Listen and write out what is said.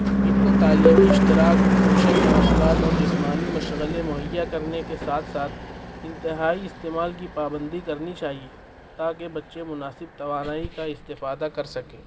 ان کو تعلیمی اشتراک سوشل مواصلات اور جسمانی مشغلے مہیا کرنے کے ساتھ ساتھ انتہائی استعمال کی پابندی کرنی چاہیے تاکہ بچے مناسب توانائی کا استفادہ کر سکیں